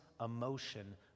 emotion